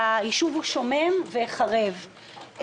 היישוב שומם וחרב.